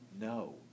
No